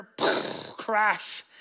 crash